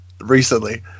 recently